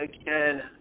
again